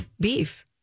Beef